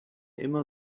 immer